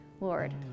Lord